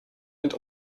het